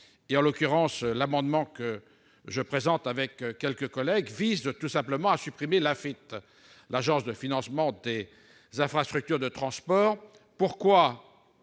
En l'occurrence, l'amendement que je présente avec quelques-uns de mes collègues vise tout simplement à supprimer l'Afitf, l'Agence de financement des infrastructures de transport de